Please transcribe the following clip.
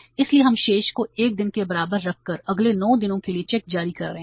इसलिए हम शेष को 1 दिन के बराबर रखकर अगले 9 दिनों के लिए चेक जारी कर रहे हैं